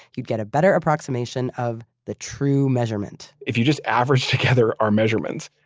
you'd get a better approximation of the true measurement if you just average together our measurements,